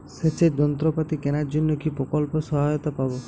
সেচের যন্ত্রপাতি কেনার জন্য কি প্রকল্পে সহায়তা পাব?